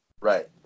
Right